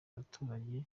abaturage